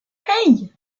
hey